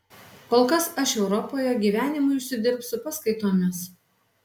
kol kas aš europoje gyvenimui užsidirbsiu paskaitomis